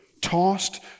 tossed